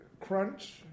crunch